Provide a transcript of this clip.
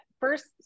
First